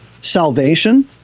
salvation